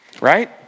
Right